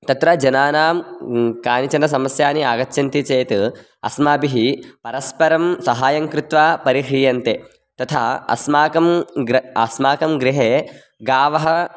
तत्र जनानां कानिचन समस्यानि आगच्छन्ति चेत् अस्माभिः परस्परं सहाय्यं कृत्वा परिह्रियन्ते तथा अस्माकं ग्र अस्माकं गृहे गावः